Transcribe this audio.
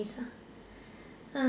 um